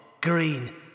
green